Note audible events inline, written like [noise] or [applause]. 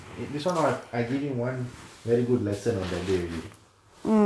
[noise] this [one] no [what] I giving one very good lesson on that day already